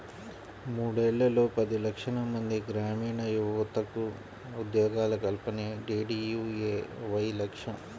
మూడేళ్లలో పది లక్షలమంది గ్రామీణయువతకు ఉద్యోగాల కల్పనే డీడీయూఏవై లక్ష్యం